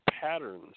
patterns